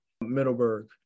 Middleburg